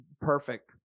perfect